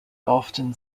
often